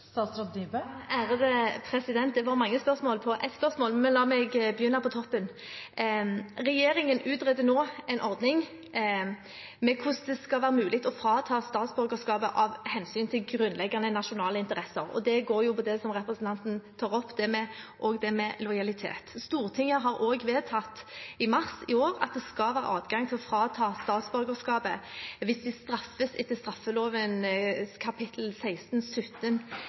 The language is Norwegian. Det var mange spørsmål på ett spørsmål, men la meg begynne på toppen. Regjeringen utreder nå en ordning med hvordan det skal være mulig å frata statsborgerskapet av hensyn til grunnleggende nasjonale interesser, og det går jo på det som representanten tar opp, også det med lojalitet. Stortinget har også vedtatt i mars i år at det skal være adgang til å frata statsborgerskapet hvis en straffes etter straffeloven kapittel 16, 17